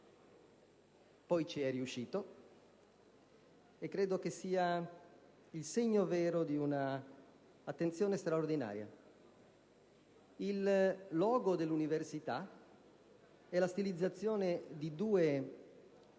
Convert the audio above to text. Poi vi è riuscito, però, e credo che questo sia il segno vero di un'attenzione straordinaria. Il logo dell'università è la stilizzazione di due